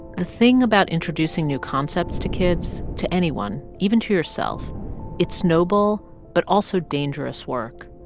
the thing about introducing new concepts to kids to anyone, even to yourself it's noble but also dangerous work.